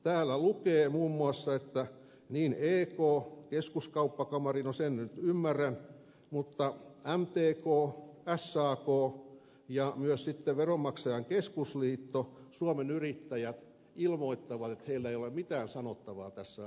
täällä lukee muun muassa että ek keskuskauppakamari no sen nyt ymmärrän mtk sak ja myös sitten veronmaksajain keskusliitto ja suomen yrittäjät ilmoittavat että heillä ei ole mitään sanottavaa tässä asiassa